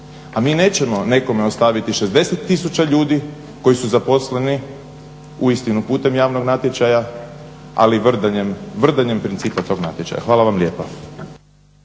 A mi nećemo nekome ostaviti 60 tisuća ljudi koji su zaposleni, uistinu putem javnog natječaja, ali vrdanjem principa tog natječaja. Hvala vam lijepa.